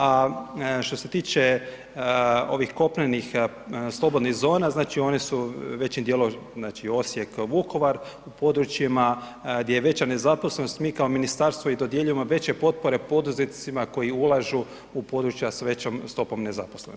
A što se tiče ovih kopnenih, slobodnih zona znači one su većim dijelom znači Osijek, Vukovar, u područjima gdje je veća nezaposlenost mi kao Ministarstvo i dodjeljujemo veće potpore poduzetnicima koji ulažu u područja sa većom stopom nezaposlenosti.